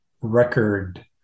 record